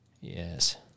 Yes